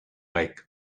like